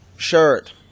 Shirt